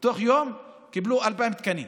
ובתוך יום קיבלו 2,000 תקנים.